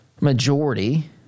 majority